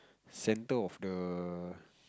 center of the